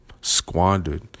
squandered